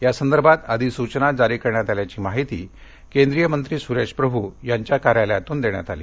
या संदर्भात अधिसूवना जारी करण्यात आल्याची माहिती केंद्रीय मंत्री सुरेश प्रभू यांच्या कार्यालयाकडून देण्यात आली